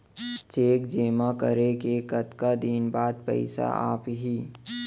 Cheque जेमा करें के कतका दिन बाद पइसा आप ही?